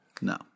No